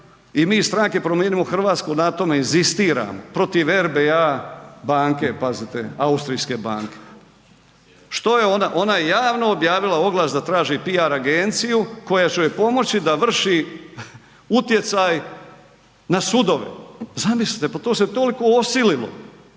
i mi iz strane Promijenimo Hrvatsku na tome inzistiramo, protiv RBA banke, pazite austrijske banke. Što je ona, ona je javno objavila oglas da traži PR agenciju koja će joj pomoći da vrši utjecaj na sudove, zamislite, pa to se toliko osililo